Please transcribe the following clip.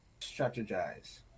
strategize